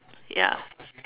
ya